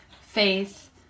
faith